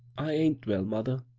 i ain't well, mother,